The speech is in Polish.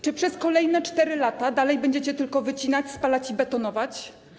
Czy przez kolejne 4 lata nadal będziecie tylko wycinać, spalać i betonować?